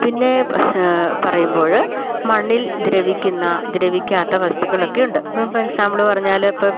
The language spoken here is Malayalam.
പിന്നെ പറയുമ്പോഴ് മണ്ണിൽ ദ്രവിക്കുന്ന ദ്രവിക്കാത്ത വസ്തുക്കളൊക്കെ ഉണ്ട് ഇപ്പോൾ എക്സാമ്പിള് പറഞ്ഞാല് ഇപ്പം